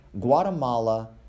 Guatemala